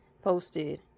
posted